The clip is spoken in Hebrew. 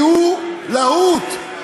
כי הוא היה להוט.